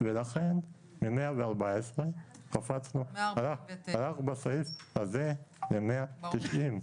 ולכן מ-114 קפצנו רק בסעיף הזה ל-190.